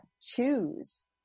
choose